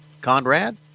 Conrad